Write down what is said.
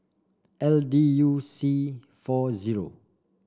L D U C four zero